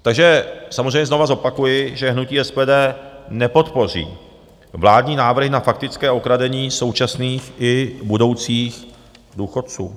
Takže samozřejmě znovu zopakuji, že hnutí SPD nepodpoří vládní návrhy na faktické okradení současných i budoucích důchodců.